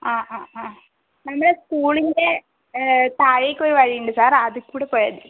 ആ ആ ആ നമ്മുടെ സ്ക്കൂളിന്റെ താഴേക്കൊരു വഴിയുണ്ട് സർ അതിൽക്കൂടി പോയാൽമതി